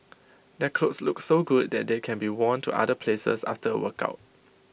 their clothes look so good that they can be worn to other places after A workout